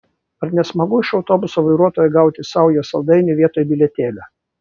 ar ne smagu iš autobuso vairuotojo gauti saują saldainių vietoj bilietėlio